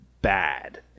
bad